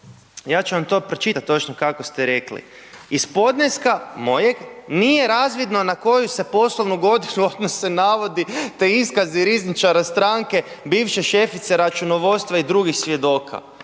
ja ću vam to pročitati točno kako ste rekli, iz podneska mojeg nije razvidno na koju se poslovnu godinu odnose navodi, te iskazi rizničari iskaza stranke bivše šefice računovodstva i drugih svjedoka,